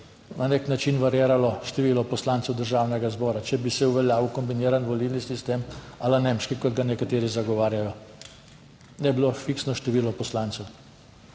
na nek način variiralo število poslancev Državnega zbora, če bi se uveljavil kombiniran volilni sistem a la nemški, kot ga nekateri zagovarjajo, ne bi bilo fiksno število poslancev.